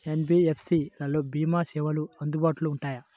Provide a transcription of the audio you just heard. NBFC లలో భీమా సేవలు అందుబాటులో ఉంటాయా?